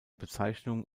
bezeichnung